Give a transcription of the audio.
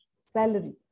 salary